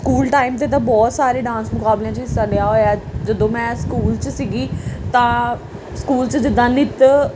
school time 'ਤੇ ਤਾਂ ਬਹੁਤ ਸਾਰੇ ਡਾਂਸ ਮੁਕਾਬਲਿਆਂ 'ਚ ਹਿੱਸਾ ਲਿਆ ਹੋਇਆ ਜਦੋਂ ਮੈਂ ਸਕੂਲ 'ਚ ਸੀਗੀ ਤਾਂ ਸਕੂਲ 'ਚ ਜਿੱਦਾਂ ਨਿੱਤ